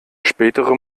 spätere